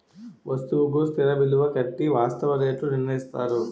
వస్తువుకు స్థిర విలువ కట్టి వాస్తవ రేట్లు నిర్ణయిస్తారు